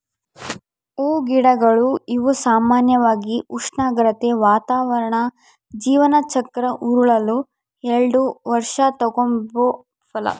ಹೂಗಿಡಗಳು ಇವು ಸಾಮಾನ್ಯವಾಗಿ ಉಷ್ಣಾಗ್ರತೆ, ವಾತಾವರಣ ಜೀವನ ಚಕ್ರ ಉರುಳಲು ಎಲ್ಡು ವರ್ಷ ತಗಂಬೋ ಫಲ